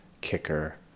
kicker